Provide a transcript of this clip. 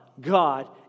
God